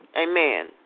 Amen